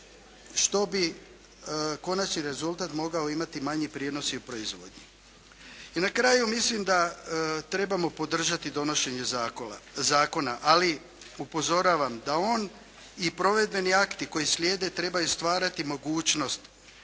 što bi konačni rezultat mogao imati manji prinos u proizvodnji. I na kraju mislim da trebamo podržati donošenje zakona, ali upozoravam da on i provedbeni akti koji slijede trebaju stvarati mogućnost